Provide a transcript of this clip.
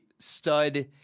stud